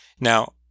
Now